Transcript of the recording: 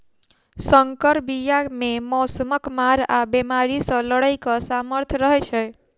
सँकर बीया मे मौसमक मार आ बेमारी सँ लड़ैक सामर्थ रहै छै